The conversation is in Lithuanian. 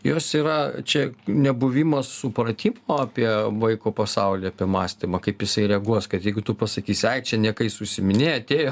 jos yra čia nebuvimas supratimo apie vaiko pasaulį apie mąstymą kaip jisai reaguos kad jeigu tu pasakysi ai čia niekais užsiiminėja atėjo